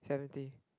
seventy